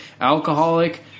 alcoholic